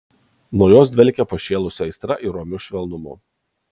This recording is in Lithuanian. nuo jos dvelkė pašėlusia aistra ir romiu švelnumu